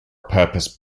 purpose